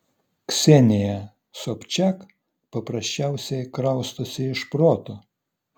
ksenija sobčak paprasčiausiai kraustosi iš proto